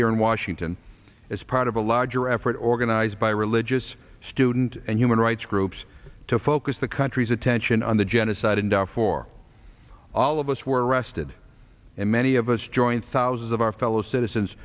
here in washington as part of a larger effort organized by religious student and human rights groups to focus the country's attention on the genocide in darfur all of us were arrested and many of us joined thousands of our fellow citizens